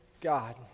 God